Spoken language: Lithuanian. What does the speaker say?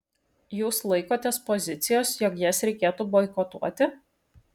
jūs laikotės pozicijos jog jas reikėtų boikotuoti